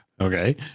okay